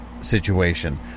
situation